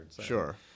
sure